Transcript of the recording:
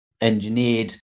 engineered